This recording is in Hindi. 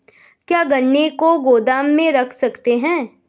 क्या गन्ने को गोदाम में रख सकते हैं?